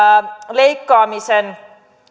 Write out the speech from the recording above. leikkaamisen